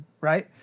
Right